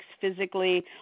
physically